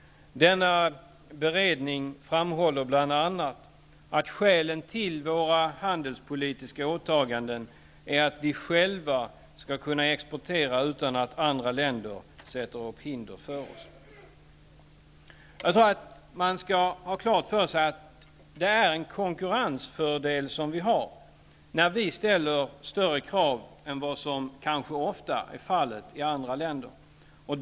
Beredningen framhåller bl.a. att skälen till våra handelspolitiska åtaganden är att vi själva skall kunna exportera utan att andra länder sätter upp hinder för oss. Jag tror att man skall ha klart för sig att det är en konkurrensfördel som vi har när vi ställer större krav än vad som kanske ofta är fallet i andra länder.